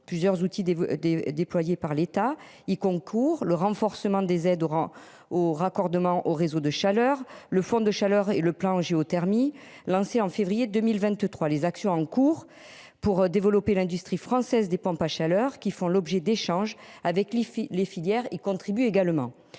plusieurs outils des des déployés par l'État il concours le renforcement des aides Oran au raccordement au réseau de chaleur. Le fond de chaleur et le plan géothermie lancée en février 2023, les actions en cours pour développer l'industrie française des pompes à chaleur qui font l'objet d'échanges avec les filles, les filières contribue également.